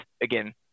again